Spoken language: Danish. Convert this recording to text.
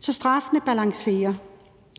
så straffene balancerer.